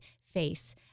face